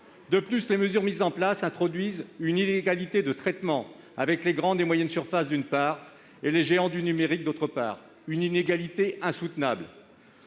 De plus, les mesures mises en place introduisent une inégalité de traitement avec les grandes et moyennes surfaces, d'une part, et avec les géants du numérique, d'autre part. C'est une inégalité insoutenable.